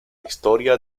historia